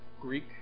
Greek